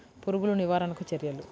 పురుగులు నివారణకు చర్యలు?